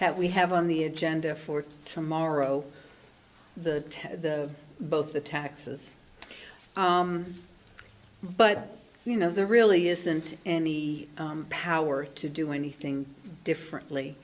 have we have on the agenda for tomorrow the both the taxes but you know there really isn't any power to do anything differently